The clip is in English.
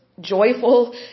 joyful